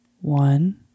One